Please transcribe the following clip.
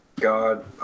God